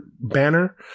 banner